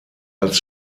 als